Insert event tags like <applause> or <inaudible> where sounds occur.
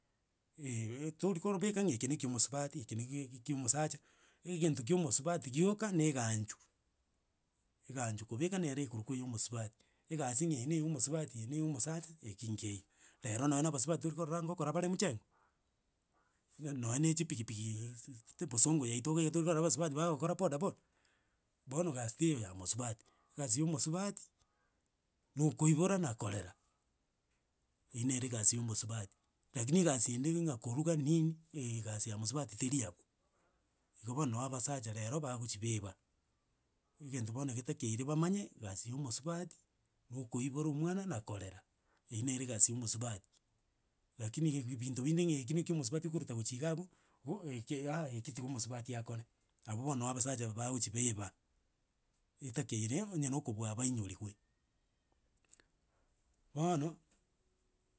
<hesitation> torikorobeka ng'a na eke na kia omosubati eke na eke- ke kia omosacha, egento kia omosubati gioka, na eganchu, eganchu kobeka nere ekorokwa ya omosubati, egasi ng'a eye na ya omosubati, eye na ya omosacha, eki nkeiyo. Rero nonye na abasubati torikorora ngokora bare mjengo nonya na echipigipigi iiist bosongo yaito iga iga torikorora abasubati bagokora bodaboda, bono gasi teiyo ya omosubati egasi y omosubati nokoibora na korera, eywo nere egasi ya omosubati, rakini egasi ende ng'a koruga nini, eeeegasi ya mosubati teri abwo. Igo bono no abasacha rero bagochi baeba. Egento bono batakeire bamanye, egasi ya omosubati nokoibora omwana nakorera, eywo nere egasi ya omosubati, rakinii ebi binto binde ng'a eki na ekia omosubati okoruta gochia iga abwo, bo eke ah eki tiga omosubati akore, abwo bono no abasacha aba bagochia baeba etakeire, onye nokobua bainyoriwe. Bono.